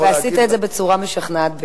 אתה עשית את זה בצורה משכנעת ביותר.